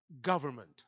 government